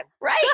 right